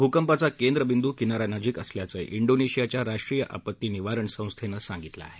भूकंपाचा केंद्रबिंदू किना यानजीक असल्याचं ड्डोनेशियाच्या राष्ट्रीय आपत्ती निवारण संस्थेनं सांगितलं आहे